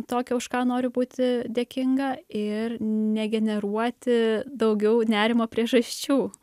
tokio už ką nori būti dėkinga ir ne generuoti daugiau nerimo priežasčių